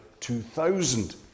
2000